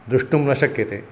द्रष्टुं न शक्यते